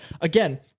again